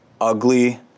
ugly